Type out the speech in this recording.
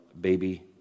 baby